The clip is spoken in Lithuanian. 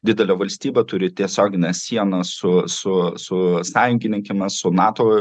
didelė valstybė turi tiesioginę sieną su su su sąjungininkėmis su nato